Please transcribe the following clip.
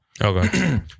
Okay